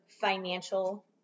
financial